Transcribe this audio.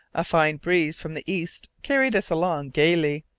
a fine breeze from the east carried us along gaily.